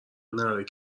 ﺷﯿﺮﺍﻥ